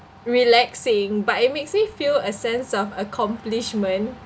relaxing but it makes me feel a sense of accomplishment